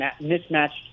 mismatched